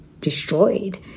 destroyed